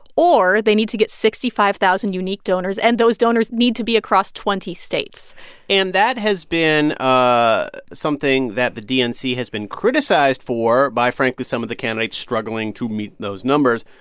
or they need to get sixty five thousand unique donors, and those donors need to be across twenty states and that has been ah something that the dnc has been criticized for by, frankly, some of the candidates struggling to meet those numbers.